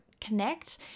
connect